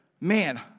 man